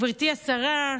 גברתי השרה,